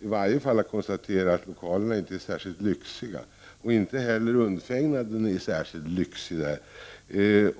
i vart fall att konstatera att lokalerna inte är särskilt lyxiga. Inte heller undfägnaden där är särskilt lyxig.